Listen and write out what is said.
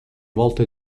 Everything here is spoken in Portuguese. volta